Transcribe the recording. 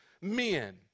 men